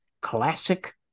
classic